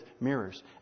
mirrors